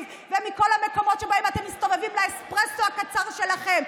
ומכל המקומות שבהם אתם מסתובבים לאספרסו הקצר שלכם.